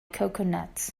coconuts